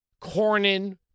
Cornyn